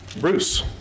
Bruce